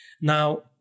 Now